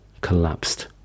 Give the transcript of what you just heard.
collapsed